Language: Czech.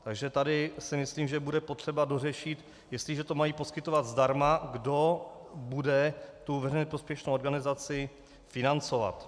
Takže tady si myslím, že bude potřeba dořešit, jestliže to mají poskytovat zdarma, kdo bude tu veřejně prospěšnou organizaci financovat.